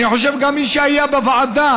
אני חושב שגם מי שהיה בוועדה,